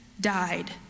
died